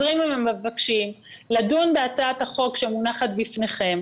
חוזרים ומבקשים לדון בהצעת החוק שמונחת בפניכם.